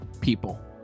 people